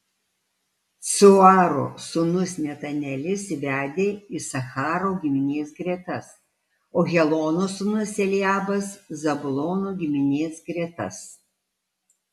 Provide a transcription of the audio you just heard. cuaro sūnus netanelis vedė isacharo giminės gretas o helono sūnus eliabas zabulono giminės gretas